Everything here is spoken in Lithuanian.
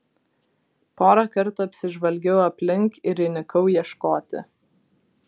porą kartų apsižvalgiau aplink ir įnikau ieškoti